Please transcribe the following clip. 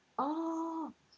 oh oh okay I stay here ah